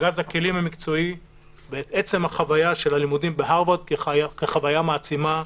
ארגז הכלים המקצועי ואת עצם החוויה של הלימודים בהרווארד כחוויה מעצימה.